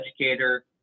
educator